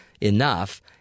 enough